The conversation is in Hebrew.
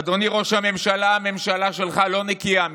אדוני ראש הממשלה, הממשלה שלך לא נקייה מזה.